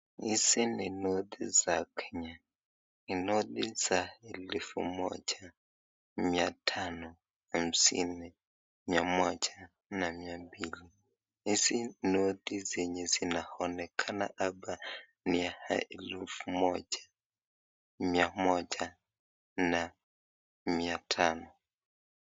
Hizi ni noti za Kenya ni noti za elfu moja, mia tano, hamsini, mia moja na mia mbili. Hizi noti zenye zinaonekana hapa ni za elfu moja, mia moja na mia tano.